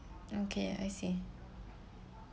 okay I see